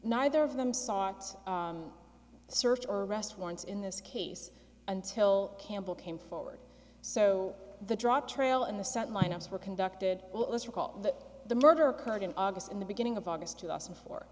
neither of them sought search or arrest warrants in this case until campbell came forward so the drop trail and the start line ups were conducted well let's recall that the murder occurred in august in the beginning of august to us before